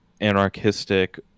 anarchistic